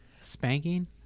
Spanking